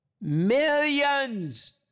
millions